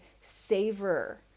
savor